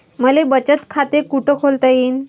मले बचत खाते कुठ खोलता येईन?